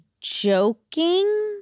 joking